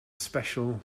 special